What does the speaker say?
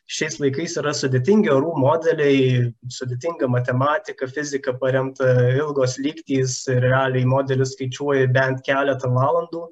šiais laikais yra sudėtingi orų modeliai sudėtinga matematika fizika paremta ilgos lygtys ir realiai modelis skaičiuoja bent keletą valandų